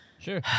Sure